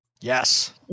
Yes